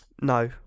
No